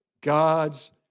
God's